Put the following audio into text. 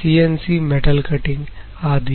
CNC metal cutting आदि